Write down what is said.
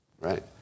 right